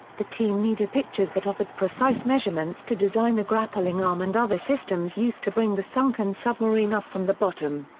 the team needed pictures that offered precise measurements to design the grappling arm and other systems used to bring the sunken submarine up from the bottom.